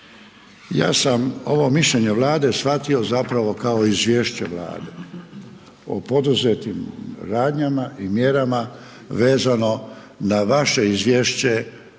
Ja sam ovo mišljenje Vlade shvatio zapravo kao izvješće Vlade o poduzetim radnjama i mjerama vezano na vaše izvješće